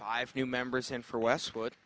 five new members in for westwood